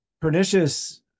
pernicious